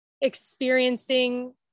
experiencing